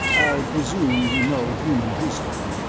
i presume you know human history,